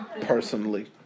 personally